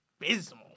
abysmal